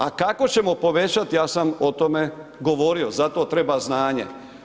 A kako ćemo povećati, ja sam o tome govorio, za to treba znanje.